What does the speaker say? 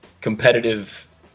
competitive